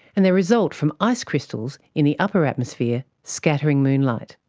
and they result from ice crystals in the upper atmosphere scattering moonlight.